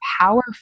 powerful